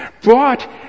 brought